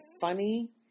Funny